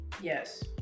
Yes